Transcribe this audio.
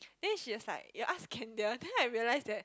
then she was like you ask then I realise that